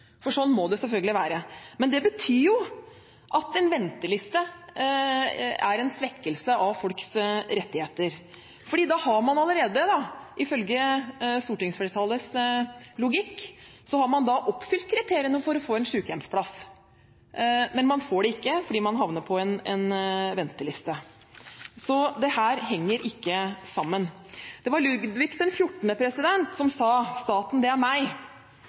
for sånn må det selvfølgelig være. Men det betyr jo at en venteliste er en svekkelse av folks rettigheter, fordi da har man allerede, ifølge stortingsflertallets logikk, oppfylt kriteriene for å få en sykehjemsplass, men man får det ikke fordi man havner på en venteliste. Dette henger ikke sammen. Det var Ludvig 14. som sa: Staten, det er meg.